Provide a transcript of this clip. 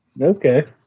Okay